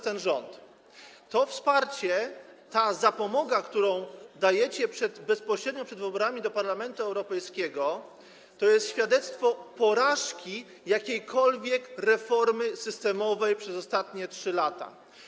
To wsparcie, ta zapomoga, którą dajecie bezpośrednio przed wyborami do Parlamentu Europejskiego, to jest świadectwo porażki jakiejkolwiek reformy systemowej przez ostatnie 3 lata.